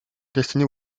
destinée